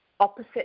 Opposite